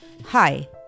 Hi